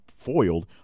foiled